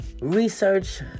research